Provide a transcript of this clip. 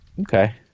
Okay